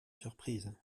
surprise